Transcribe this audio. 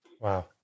Wow